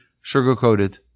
sugar-coated